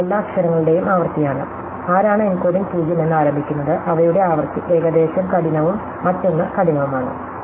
അത് എല്ലാ അക്ഷരങ്ങളുടെയും ആവൃത്തിയാണ് ആരാണ് എൻകോഡിംഗ് 0 എന്ന് ആരംഭിക്കുന്നത് അവയുടെ ആവൃത്തി ഏകദേശം കഠിനവും മറ്റൊന്ന് കഠിനവുമാണ്